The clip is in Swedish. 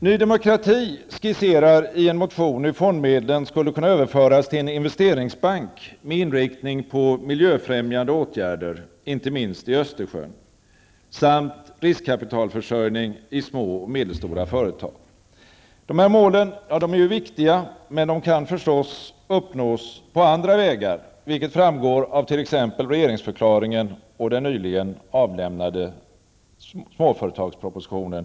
Ny Demokrati skisserar i en motion hur fondmedlen skulle kunna överföras till en investeringsbank med inriktning på miljöfrämjande åtgärder, inte minst i Östersjön, samt riskkapitalförsörjning i små och medelstora företag. Dessa mål är viktiga, men de kan förstås uppnås på andra vägar, vilket framgår av t.ex. regeringsförklaringen och den nyligen avlämnade småföretagspropositionen.